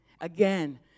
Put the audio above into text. Again